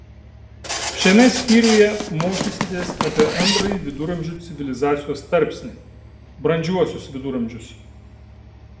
šiame skyriuje mokysitės apie antrąjį viduramžių civilizacijos tarpsnį brandžiuosius viduramžius